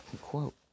quote